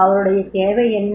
அவருடைய தேவை என்ன